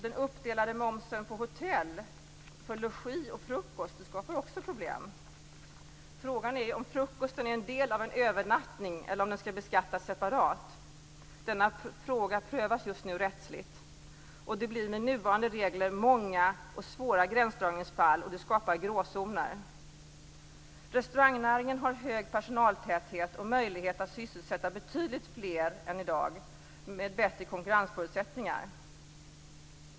Den uppdelade momsen på hotell för logi och frukost skapar också problem. Frågan är om frukosten är en del av en övernattning eller om den skall beskattas separat. Denna fråga prövas just nu rättsligt. Det blir med nuvarande regler många svåra gränsdragningsfall och det skapar gråzoner. Restaurangnäringen har hög personaltäthet och möjlighet att sysselsätta betydligt fler än i dag med bättre konkurrensförutsättningar.